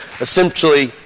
essentially